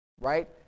right